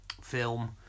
film